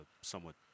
somewhat